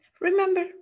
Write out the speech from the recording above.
Remember